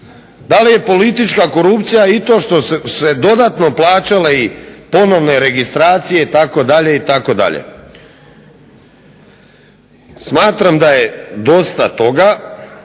Da li je politička korupcija i to što su se dodatno plaćale i ponovne registracije itd., itd.? Smatram da je dosta toga